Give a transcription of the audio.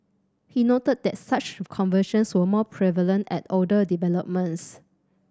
he noted that such conversions were more prevalent at older developments